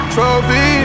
Trophy